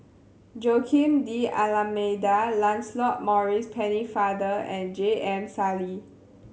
Joaquim D'Almeida Lancelot Maurice Pennefather and J M Sali